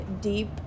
deep